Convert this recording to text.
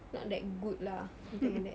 not that good lah something like that